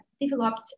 developed